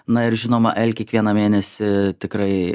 na ir žinoma el kiekvieną mėnesį tikrai